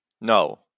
No